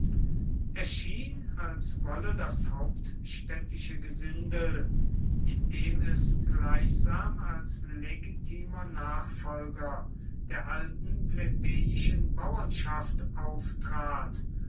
schien als wolle das hauptstädtische gesindel indem es gleichsam als legitimer nachfolger der alten plebejischen bauernschaft auftrat